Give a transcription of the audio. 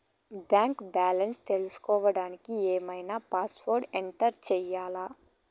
Bank balance తెలుసుకోవడానికి ఏమన్నా password enter చేయాలా?